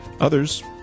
Others